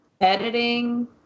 editing